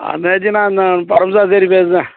அண்ணாச்சி நான் நான் பரமேசு ஆசாரி பேசுகிறேன்